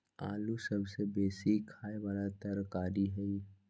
आलू सबसे बेशी ख़ाय बला तरकारी हइ